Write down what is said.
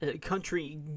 Country